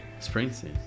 Springsteen